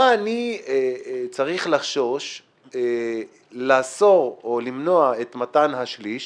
מה אני צריך לחשוש לאסור או למנוע את מתן השליש